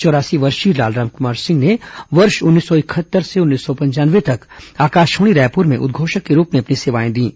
चौरासी वर्षीय लाल रामकुमार सिंह ने वर्ष उन्नीस सौ इकहत्तर से उन्नीस सौ पंचानवे तक आकाशवाणी रायपुर में उद्घोषक के रूप में अपनी सेवाएं दीं